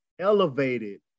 elevated